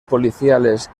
policiales